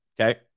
okay